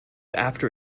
after